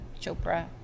Chopra